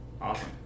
Awesome